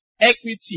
equity